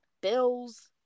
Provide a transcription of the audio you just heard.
bills